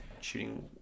shooting